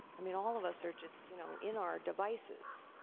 i mean, all of us are just you know in our devices.